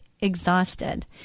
exhausted